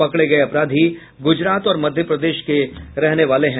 पकड़े गये अपराधी गुजरात और मध्य प्रदेश के रहने वाले हैं